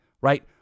right